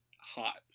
hot